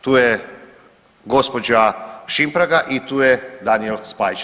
Tu je gospođa Šimpraga i tu je Daniel Spajić.